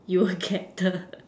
you get the